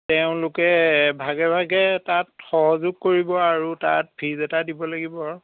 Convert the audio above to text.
তেওঁলোকে ভাগে ভাগে তাত সহযোগ কৰিব আৰু তাত ফিজ এটা দিব লাগিব